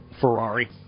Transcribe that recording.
Ferrari